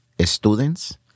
students